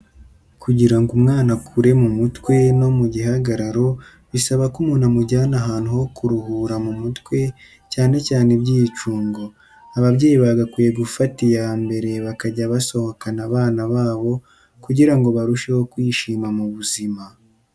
Kugira ngo umwana akure mu mutwe no mu gihagararo bisaba ko umuntu amujyana ahantu ho kuruhura mu mutwe cyane cyane ibyicungo. Ababyeyi bagakwiye gufata iya mbere bakajya basohokana abana babo kugira ngo barusheho kwishima mu buzima.